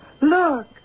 Look